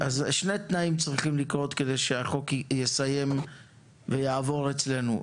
שני תנאים צריכים לקרות כדי שהחוק יסתיים ויעבור אצלנו: